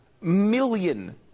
million